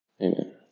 Amen